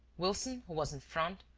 wilson, who was in front,